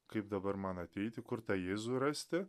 kaip dabar man ateiti kur tą jėzų rasti